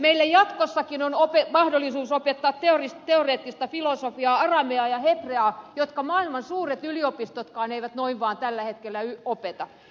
meillä jatkossakin on mahdollisuus opettaa teoreettista filosofiaa arameaa ja hepreaa joita maailman suuret yliopistotkaan eivät noin vaan tällä hetkellä opeta